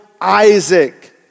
Isaac